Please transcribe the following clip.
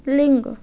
লিঙ্গ